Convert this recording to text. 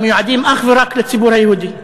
המיועדים אך ורק לציבור היהודי,